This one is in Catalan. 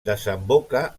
desemboca